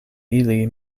ili